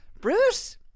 Bruce